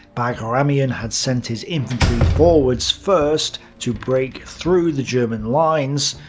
bagramian had sent his infantry forwards first to breakthrough the german lines.